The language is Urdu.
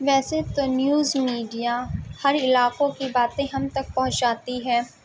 ویسے تو نیوز میڈیا ہر علاقوں کی باتیں ہم تک پہنچاتی ہے